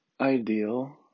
ideal